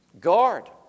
Guard